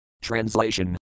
Translation